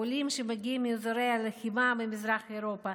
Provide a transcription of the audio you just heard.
עולים המגיעים מאזורי הלחימה במזרח אירופה